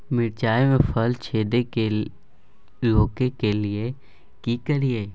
मिर्चाय मे फल छेदक के रोकय के लिये की करियै?